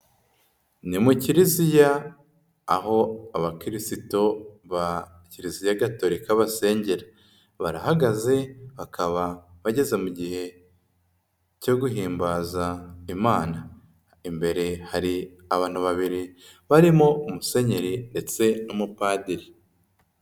Ni mu kiriziya aho abakirisitu ba Kiliziya Gatolika basengera. Barahagaze, bakaba bageze mu gihe cyo guhimbaza Imana. Imbere hari abantu babiri barimo musenyeri ndetse n'umupadiri.